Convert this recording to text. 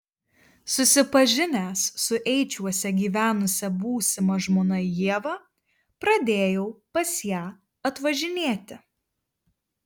susipažinęs su eičiuose gyvenusia būsima žmona ieva pradėjau pas ją atvažinėti